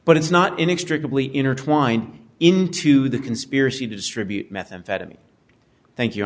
but it's not inextricably intertwined into the conspiracy to distribute methamphetamine thank you